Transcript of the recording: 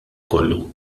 kollu